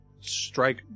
strike